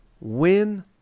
win